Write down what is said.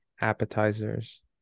appetizers